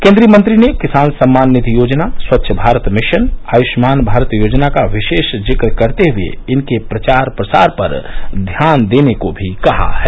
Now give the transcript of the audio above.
केन्द्रीय मंत्री ने किसान सम्मान निधि योजना स्वच्छ भारत मिशन आयु मान भारत योजना का विशे जिक्र करते हुये इनके प्रचार प्रसार पर ध्यान देने को भी कहा है